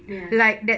ya